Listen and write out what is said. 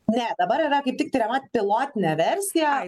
ne dabar yra tik tiriama pilotinė versija